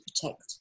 protect